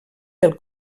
del